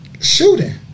shooting